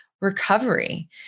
recovery